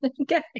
Okay